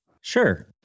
Sure